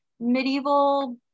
medieval